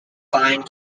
fine